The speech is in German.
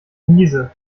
niese